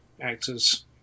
actors